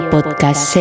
Podcast